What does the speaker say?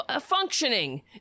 functioning